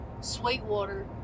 Sweetwater